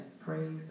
praise